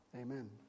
Amen